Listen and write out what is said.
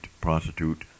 prostitute